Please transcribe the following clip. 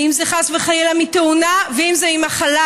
אם זה חס וחלילה מתאונה ואם זה ממחלה.